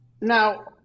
now